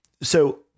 so-